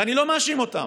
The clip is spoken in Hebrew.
ואני לא מאשים אותם,